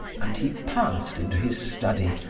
and he passed into his study,